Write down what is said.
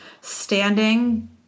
standing